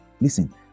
Listen